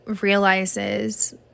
realizes